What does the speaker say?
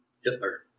Hitler